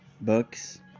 books